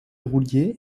roulier